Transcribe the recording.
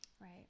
Right